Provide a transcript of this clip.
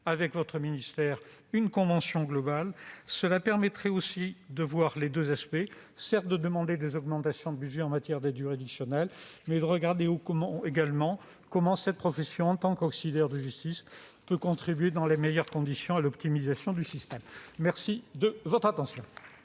avec votre ministère une convention globale. Cela permettrait certes de demander des augmentations de budget en matière d'aide juridictionnelle, mais aussi d'établir comment cette profession, en tant qu'auxiliaire de justice, peut contribuer dans les meilleures conditions à l'optimisation du système. La parole est